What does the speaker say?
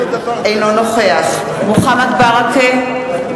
אינו נוכח מוחמד ברכה,